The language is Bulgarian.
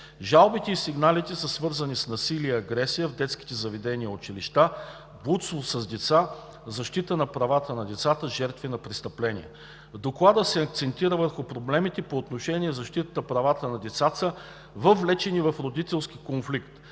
Жалбите и сигналите са свързани с насилие и агресия в детски заведения и училища, блудство с деца, защита на правата на децата, жертви на престъпления. В Доклада се акцентира върху проблемите по отношение на защитата на правата на децата, въвлечени в родителски конфликт.